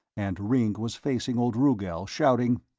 and ringg was facing old rugel, shouting,